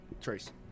Trace